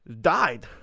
died